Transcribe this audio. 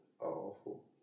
awful